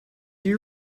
you